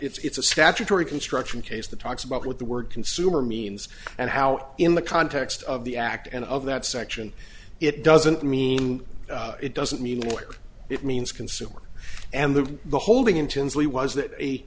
it's a statutory construction change the talks about what the word consumer means and how in the context of the act and of that section it doesn't mean it doesn't mean lawyer it means consumer and the the holding intensely was that a